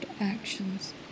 actions